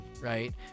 right